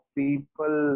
people